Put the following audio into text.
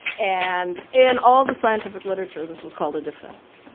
and in all the scientific literature this was called a defect.